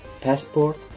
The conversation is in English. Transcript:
passport